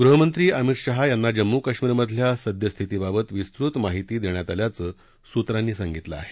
गृहमंत्री अमित शहा यांना जम्मू कश्मीरमधल्या सद्यस्थितीबाबत विस्तृत माहिती देण्यात आल्याचं सूत्रांनी सांगितलं आहे